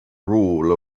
rule